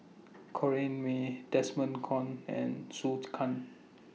Corrinne May Desmond Kon and Zhou Can